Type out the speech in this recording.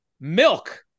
milk